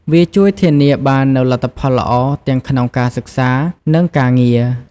វាជួយធានាបាននូវលទ្ធផលល្អទាំងក្នុងការសិក្សា និងការងារ។